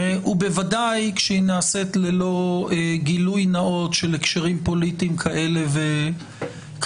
ובוודאי כשהיא נעשית ללא גילוי נאות של הקשרים פוליטיים כאלה ואחרים.